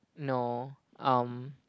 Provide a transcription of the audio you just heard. no um